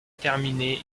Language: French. terminé